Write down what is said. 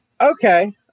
Okay